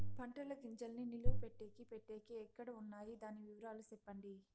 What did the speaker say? పంటల గింజల్ని నిలువ పెట్టేకి పెట్టేకి ఎక్కడ వున్నాయి? దాని వివరాలు సెప్పండి?